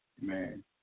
man